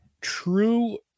true